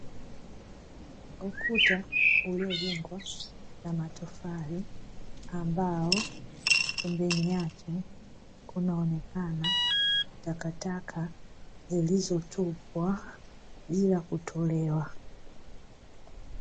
Ukuta uliojengwa na matofali, ambao pembeni yake kunaonekana takataka, zilizotupwa bila kutolewa.